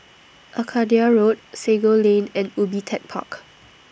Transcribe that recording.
Arcadia Road Sago Lane and Ubi Tech Park